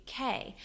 UK